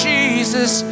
Jesus